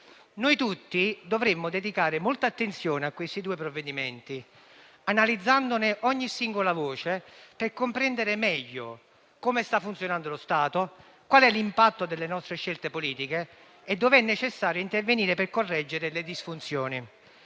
Noi tutti dovremmo dedicare molta attenzione a questi due provvedimenti, analizzandone ogni singola voce per comprendere meglio come sta funzionando lo Stato, qual è l'impatto delle nostre scelte politiche e dov'è necessario intervenire per correggere le disfunzioni.